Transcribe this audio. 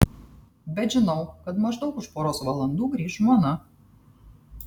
bet žinau kad maždaug už poros valandų grįš žmona